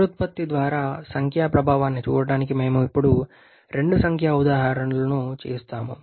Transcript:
పునరుత్పత్తి యొక్క సంఖ్యా ప్రభావాన్ని చూడడానికి మేము ఇప్పుడు రెండు సంఖ్యా ఉదాహరణలను చేస్తాము